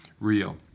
real